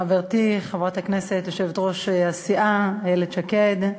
חברתי חברת הכנסת, יושבת-ראש הסיעה איילת שקד,